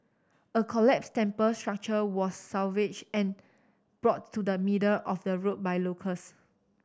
a collapsed temple structure was salvaged and brought to the middle of the road by locals